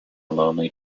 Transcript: lonely